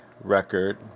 record